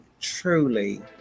truly